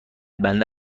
بنده